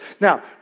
Now